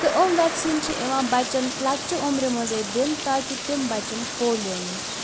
تہٕ یِم ویکسیٖن چھِ یِوان بَچَن لَکچہِ اُمرِ منٛزَے دِنہٕ تاکہِ تِم بَچَن پولیو نِش